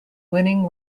winning